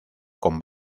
con